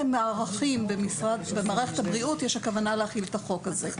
מהערכים במערכת הבריאות הכוונה להחיל את החוק הזה.